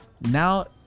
now